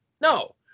No